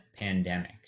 pandemics